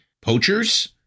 Poachers